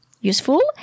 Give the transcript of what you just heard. useful